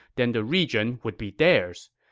then the region would be theirs.